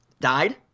Died